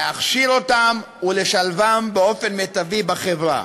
להכשיר אותם ולשלבם באופן מיטבי בחברה.